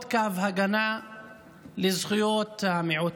היום אנחנו מאבדים עוד קו הגנה לזכויות המיעוטים,